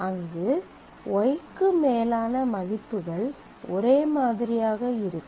அங்கு Y க்கு மேலான மதிப்புகள் ஒரே மாதிரியாக இருக்கும்